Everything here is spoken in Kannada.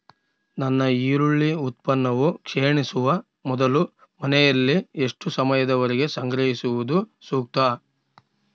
ನನ್ನ ಈರುಳ್ಳಿ ಉತ್ಪನ್ನವು ಕ್ಷೇಣಿಸುವ ಮೊದಲು ಮನೆಯಲ್ಲಿ ಎಷ್ಟು ಸಮಯದವರೆಗೆ ಸಂಗ್ರಹಿಸುವುದು ಸೂಕ್ತ?